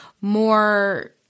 more